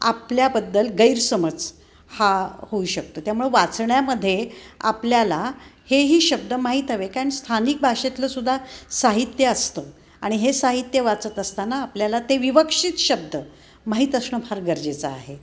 आपल्याबद्दल गैरसमज हा होऊ शकतो त्यामुळे वाचण्यामध्ये आपल्याला हेही शब्द माहीत हवे कारण स्थानिक भाषेतलंसुद्धा साहित्य असतं आणि हे साहित्य वाचत असताना आपल्याला ते विवक्षित शब्द माहीत असणं फार गरजेचं आहे